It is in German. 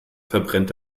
verbrennt